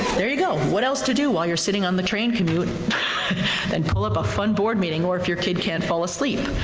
there you go, what else to do while you're sitting on the train commute than pull up a fun board meeting. or if your kid can't fall asleep,